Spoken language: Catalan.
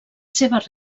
seves